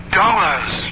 dollars